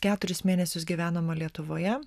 keturis mėnesius gyvenoma lietuvoje